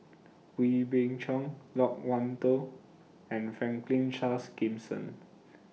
Wee Beng Chong Loke Wan Tho and Franklin Charles Gimson